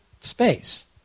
space